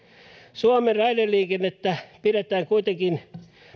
suomen raideliikennettä pidetään kuitenkin